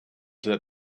that